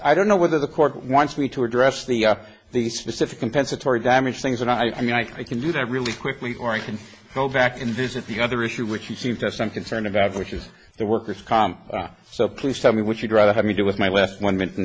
i don't know whether the court wants me to address the these specific compensatory damages things and i mean i can do that really quickly or i can go back and visit the other issue which you seem to have some concern about which is the worker's comp so please tell me what you'd rather have me do with my last one minute and